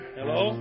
Hello